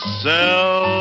sell